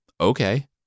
Okay